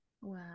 Wow